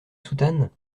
soutane